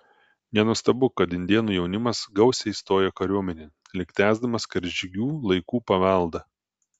nenuostabu kad indėnų jaunimas gausiai stoja kariuomenėn lyg tęsdamas karžygių laikų paveldą